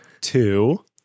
Two